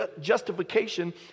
justification